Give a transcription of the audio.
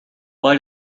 why